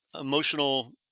emotional